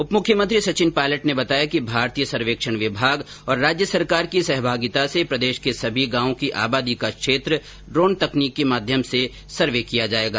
उप मुख्यमंत्री सचिन पायलट ने बताया कि भारतीय सर्वेक्षण विभाग और राज्य सरकार की सहभागिता से प्रदेश के सभी गांवों की आबादी क्षेत्र का ड्रोन तकनीकी के माध्यम से सर्वे किया जायेगा